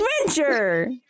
Adventure